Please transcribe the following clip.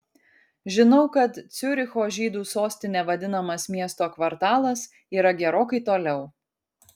žinau kad ciuricho žydų sostine vadinamas miesto kvartalas yra gerokai toliau